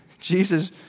Jesus